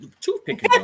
toothpick